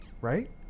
right